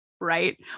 Right